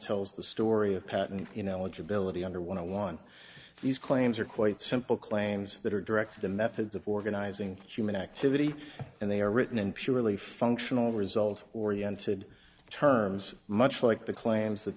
tells the story of patent you know legibility under what i want these claims are quite simple claims that are directed to methods of organizing human activity and they are written in purely functional result oriented terms much like the claims that